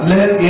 Let